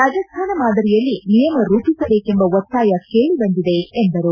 ರಾಜಸ್ತಾನ ಮಾದರಿಯಲ್ಲಿ ನಿಯಮ ರೂಪಿಸಬೇಕೆಂಬ ಒತ್ತಾಯ ಕೇಳಿ ಬಂದಿದೆ ಎಂದರು